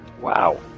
Wow